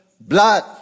blood